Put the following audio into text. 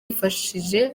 yifashije